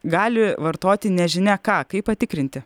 gali vartoti nežinia ką kaip patikrinti